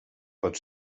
pot